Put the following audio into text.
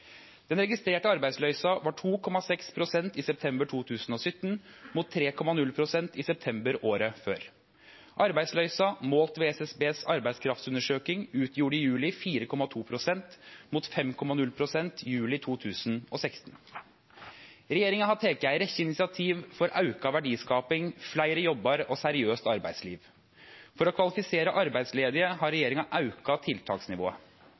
Den registrerte arbeidsløysa var 2,6 pst. i september 2017, mot 3,0 pst. i september året før. Arbeidsløysa, målt ved SSBs arbeidskraftundersøking, utgjorde i juli 4,2 pst., mot 5,0 pst. i juli 2016. Regjeringa har teke ei rekkje initiativ for auka verdiskaping, fleire jobbar og seriøst arbeidsliv. For å kvalifisere arbeidsledige har regjeringa auka tiltaksnivået.